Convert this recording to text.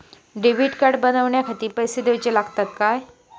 Debit card बनवण्याखाती पैसे दिऊचे लागतात काय?